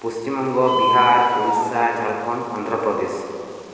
Paschim Banga Bihar Odisha Jharkhand Andhra Pradesh